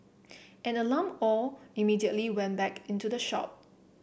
an alarmed Aw immediately went back into the shop